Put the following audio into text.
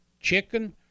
chicken